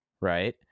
right